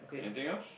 anything else